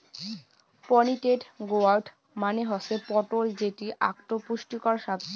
pointed gourd মানে হসে পটল যেটি আকটো পুষ্টিকর সাব্জি